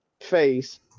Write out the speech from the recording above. face